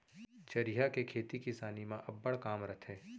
चरिहा के खेती किसानी म अब्बड़ काम रथे